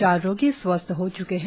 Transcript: चार रोगी स्वस्थ्य हो च्के है